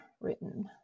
written